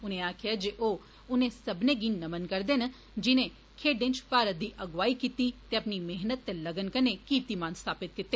उनें आक्खेआ जे ओ उनें सब्बने गी नमन करदे द जिने खेड्डे च भारत दी अगुवाई कीती ते अपनी मेहनत ते लगन कन्नै कीर्तिमान स्थापित कीते